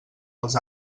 els